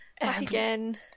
Again